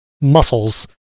muscles